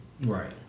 right